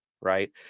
right